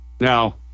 Now